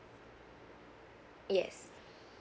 yes